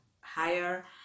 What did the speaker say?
higher